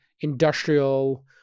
industrial